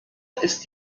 ist